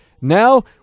now